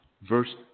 Verse